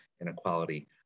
inequality